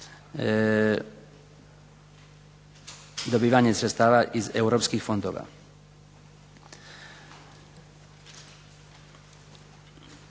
dobivanje sredstava iz Europskih fondova.